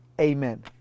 Amen